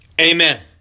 amen